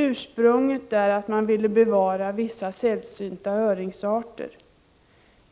Ursprunget är att man ville bevara vissa sällsynta öringsarter.